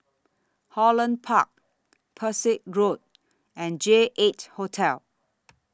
Holland Park Pesek Road and J eight Hotel